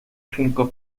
cinco